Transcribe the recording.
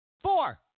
Four